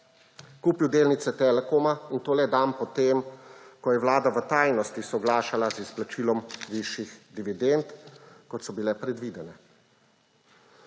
kupil delnice Telekoma, in to le dan potem, ko je vlada v tajnosti soglašala z izplačilom višjih dividend, kot so bile predvidene.